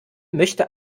möchte